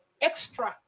extra